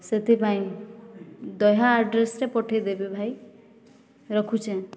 ସେଥିପାଇଁ ଦହ୍ୟା ଆଡ଼୍ରେସ୍ରେ ପଠେଇ ଦେବେ ଭାଇ ରଖୁଛେଁ